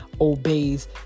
obeys